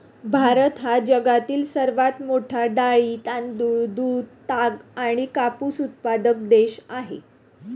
भारत हा जगातील सर्वात मोठा डाळी, तांदूळ, दूध, ताग आणि कापूस उत्पादक देश आहे